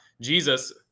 Jesus